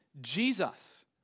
Jesus